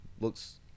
looks